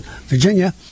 Virginia